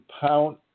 pound